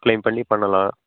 claim பண்ணி பண்ணலாம்